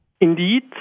Indeed